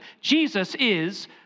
Jesus—is